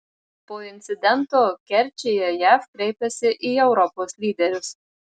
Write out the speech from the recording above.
po incidento kerčėje jav kreipiasi į europos lyderius